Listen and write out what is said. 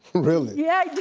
really? yeah i did.